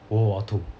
world war two